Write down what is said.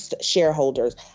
shareholders